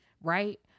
right